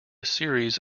series